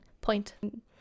point